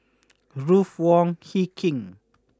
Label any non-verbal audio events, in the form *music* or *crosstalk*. *noise* Ruth Wong Hie King